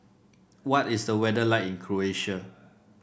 what is the weather like in Croatia